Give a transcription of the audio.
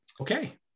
okay